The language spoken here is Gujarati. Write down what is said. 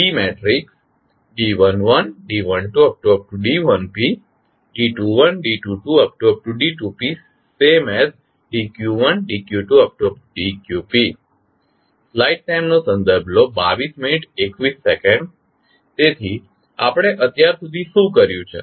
તો તમે લખી શકો છો તેથી આપણે અત્યાર સુધી શું કર્યું છે